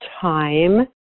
time